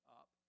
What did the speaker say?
up